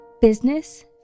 business